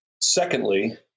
Secondly